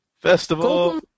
Festival